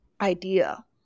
idea